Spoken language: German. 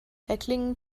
erklingen